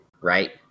right